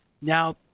Now